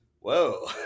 whoa